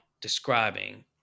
describing